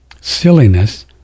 silliness